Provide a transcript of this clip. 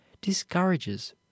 discourages